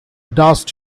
dust